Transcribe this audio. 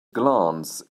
glance